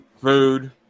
food